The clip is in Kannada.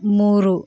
ಮೂರು